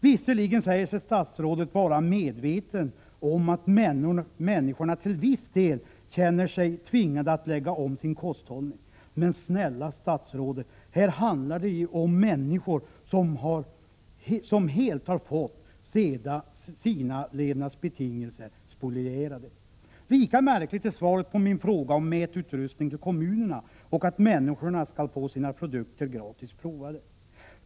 Visserligen säger sig statsrådet vara medveten om att ”människor känner sig tvingade att till viss del lägga om sin kosthållning”. Men snälla statsrådet! Här handlar det om människor som helt har fått sina levnadsbetingelser spolierade. Lika märkligt är svaret på min fråga om mätutrustning till kommunerna och om människor skall få sina produkter provade gratis.